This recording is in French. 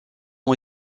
ont